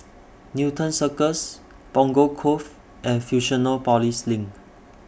Newton Circus Punggol Cove and Fusionopolis LINK